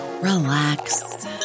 relax